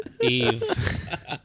Eve